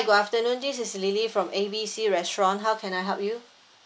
hi good afternoon this is lily from A B C restaurant how can I help you